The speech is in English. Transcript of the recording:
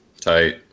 tight